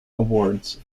awards